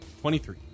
Twenty-three